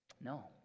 No